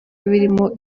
birimo